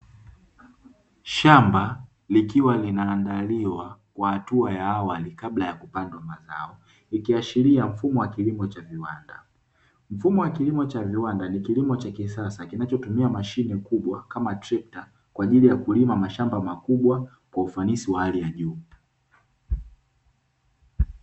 Shamba likiwa linaandaliwa kwa hatua ya awali kabla ya kupandwa mazao, ikiashiria mfumo wa kilimo cha viwanda. Mfumo wa kilimo cha kiwanda ni kilimo cha kisasa kinachotumia mashine kubwa kama trekta kwa ajili ya kulima mashamba makubwa kwa ufanisi wa hali ya juu.